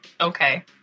Okay